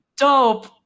dope